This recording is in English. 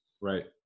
Right